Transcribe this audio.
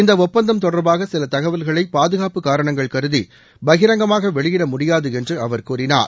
இந்த ஒப்பந்தம் தொடர்பாக சில தகவல்களை பாதுகாப்பு காரணங்கள் கருதி பகிரங்கமாக வெளியிட முடியாது என்று அவர் கூறினார்